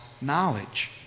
knowledge